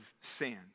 sand